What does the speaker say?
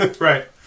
Right